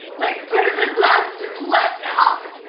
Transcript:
like, part of the glass just leapt off!